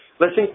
Listen